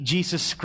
Jesus